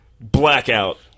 Blackout